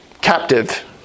captive